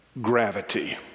gravity